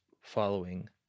following